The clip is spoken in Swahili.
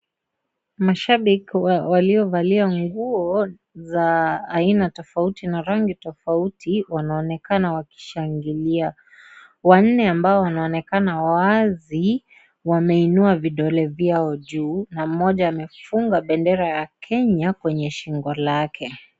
Mashabiki waliovalia nguo za aina tofauti na rangi tofauti wanaonekana wakishangilia . Wanne ambao wanaonekana wazi wameinua vidole vyao juu na mmoja amefunga bendera ya Kenya kwenye shingo lake.